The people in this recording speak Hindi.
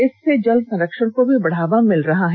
इससे जलसंरक्षण को भी बढ़ावा मिल रहा है